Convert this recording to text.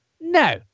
No